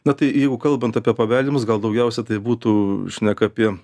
na tai jeigu kalbant apie paveldimus gal daugiausia tai būtų šneka apie